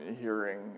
hearing